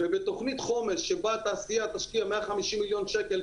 ובתוכנית חומש שבה התעשייה תשקיע 150 מיליון שקלים,